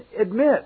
admit